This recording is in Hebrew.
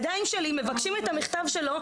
מבקשים את המכתב שלו,